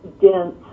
dense